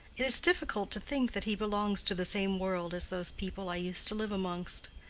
it is difficult to think that he belongs to the same world as those people i used to live amongst.